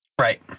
Right